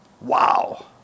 Wow